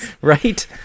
Right